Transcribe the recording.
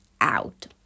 out